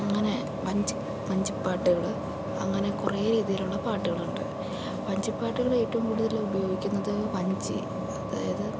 അങ്ങനെ വഞ്ചി വഞ്ചിപ്പാട്ടുകൾ അങ്ങനെ കുറെ രീതിയിലുള്ള പാട്ടുകളുണ്ട് വഞ്ചിപ്പാട്ടുകൾ ഏറ്റവും കൂടുതൽ ഉപയോഗിക്കുന്നത് വഞ്ചി അതായത്